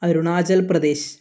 Arunachal Pradesh